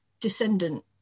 descendant